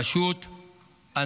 אנחנו פשוט צריכים